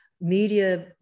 media